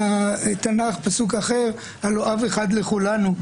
פסוק אחר, "הלוא אב אחד לכלנו".